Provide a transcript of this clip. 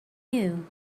you